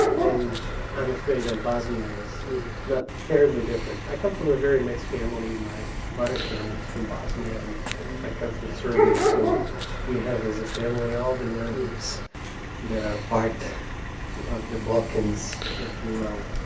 and i'm afraid that bosnia is not terribly different. i come from a very mixed family. my mother's family is from bosnia, and i ah come from serbia, so we have as a family all the narratives that are part of the balkans', if you will,